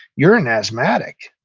you're an asthmatic.